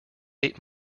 ate